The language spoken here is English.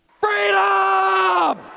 freedom